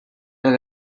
est